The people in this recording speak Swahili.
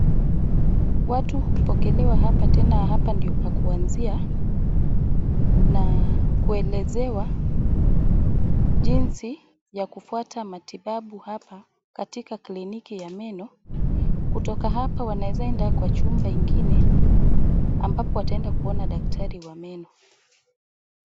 Watu hupokelewa hapa tena hapa ndio pa kuanzia, na kuelezewa jinsi ya kufwata matibabu hapa, katika kliniki ya meno. Kutoka hapa wanaweza enda kwa chumba ingine, ambapo wataenda kuona daktari wa meno.